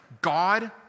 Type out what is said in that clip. God